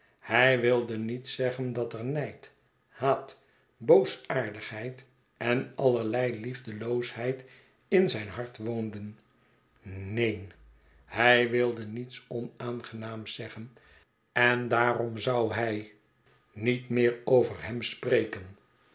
hij wilde niet zeggen dat er nijd haat boosaardigheid en allerlei liefdeloosheid in zijn hart woonden neen hij wilde niets onaangenaams zeggen en daarom zou hij niet meer over hem spreken